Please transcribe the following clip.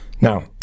Now